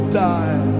die